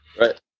Right